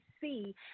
see